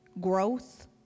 growth